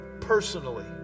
personally